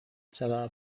چقدر